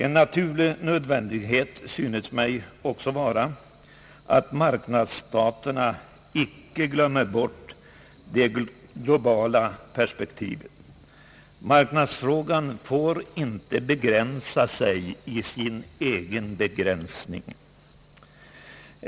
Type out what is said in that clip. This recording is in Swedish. En naturlig nödvändighet synes också vara att marknadsstaterna icke glömmer bort de globala perspektiven. Marknadsfrågan får inte begränsa sig i sin egen begränsning.